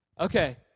okay